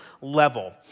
level